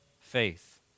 faith